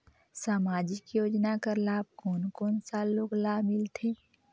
समाजिक योजना कर लाभ कोन कोन सा लोग ला मिलथे?